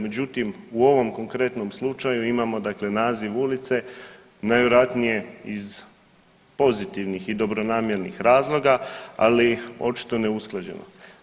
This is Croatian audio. Međutim, u ovom konkretnom slučaju imamo dakle naziv ulice, najvjerojatnije iz pozitivnih i dobronamjernih razloga, ali, očito neusklađeno.